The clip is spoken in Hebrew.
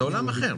זה עולם אחר.